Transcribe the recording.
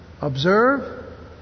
observe